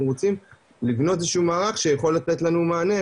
אנחנו רוצים לבנות איזה שהוא מערך שיכול לתת לנו מענה,